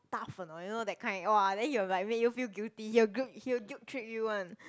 tough or not you know that kind !wah! then he will like make you feel guilty he'll he'll guilt trip you [one]